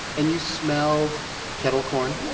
and you smelled kettle corn?